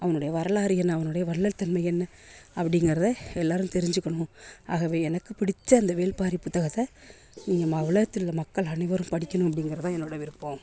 அவனுடைய வரலாறு என்ன அவனுடைய வள்ளல் தன்மை என்ன அப்படிங்கிறத எல்லோரும் தெரிஞ்சிக்கணும் ஆகவே எனக்கு பிடித்த அந்த வேள்பாரி புத்தகத்தை நீங்கள் உலகத்தில் உள்ள மக்கள் அனைவரும் படிக்கணும் அப்படிங்கிறது தான் என்னோட விருப்பம்